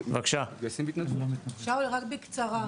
שאול רק בקצרה.